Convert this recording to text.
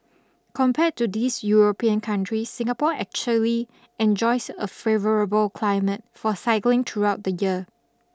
compared to these European countries Singapore actually enjoys a favourable climate for cycling throughout the year